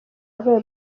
avuye